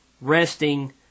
resting